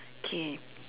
kay